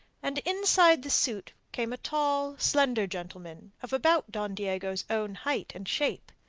and inside the suit came a tall, slender gentleman of about don diego's own height and shape.